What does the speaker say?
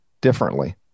differently